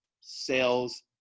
sales